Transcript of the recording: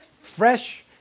fresh